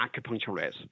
acupuncturist